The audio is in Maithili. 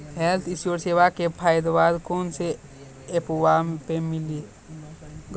हेल्थ इंश्योरेंसबा के फायदावा कौन से ऐपवा पे मिली?